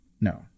No